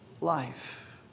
life